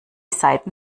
seiten